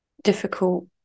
Difficult